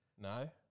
No